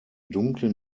dunklen